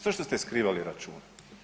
Zašto ste skrivali račun?